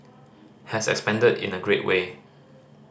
has expanded in a great way